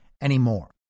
anymore